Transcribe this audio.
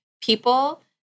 people